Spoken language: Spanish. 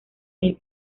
mil